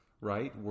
Right